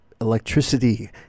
electricity